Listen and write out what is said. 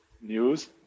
news